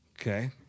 Okay